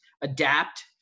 adapt